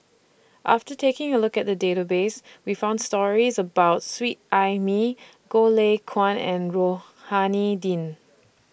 after taking A Look At The Database We found stories about Sweet Ai Mee Goh Lay Kuan and Rohani Din